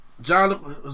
John